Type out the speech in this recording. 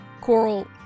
coral